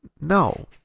no